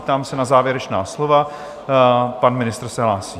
Ptám se na závěrečná slova pan ministr se hlásí.